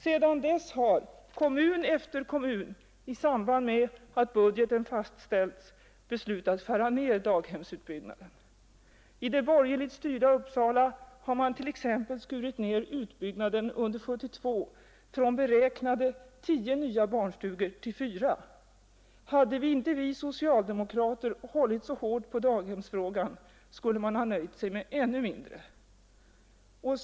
Sedan dess har kommun efter kommun i samband med budgetens fastställande beslutat skära ned daghemsutbyggnaden. I det borgerligt styrda Uppsala har man t.ex. skurit ned utbyggnaden under 1972 från beräknade tio nya barnstugor till fyra. Hade inte vi socialdemokrater hållit så hårt på daghemsfrågan, skulle man ha nöjt sig med ännu mindre.